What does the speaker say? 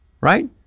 right